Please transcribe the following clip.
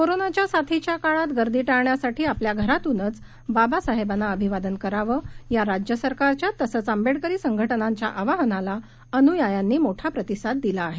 कोरोनाच्या साथीच्या काळात गर्दी टाळण्यासाठी आपापल्या घरातूनचं बाबासाहेबांना अभिवादन करावं या राज्य सरकारच्या तसंच आंबेडकरी संघटनांच्या आवाहनाला अन्यायांनी मोठा प्रतिसाद दिला आहे